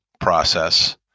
process